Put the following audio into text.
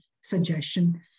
suggestion